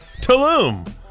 Tulum